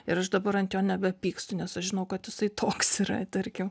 ir aš dabar ant jo nebepykstu nes aš žinau kad jisai toks yra tarkim